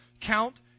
count